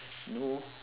no